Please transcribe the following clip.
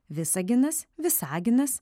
visaginas visaginas